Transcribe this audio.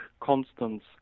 constants